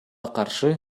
каршы